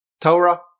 Torah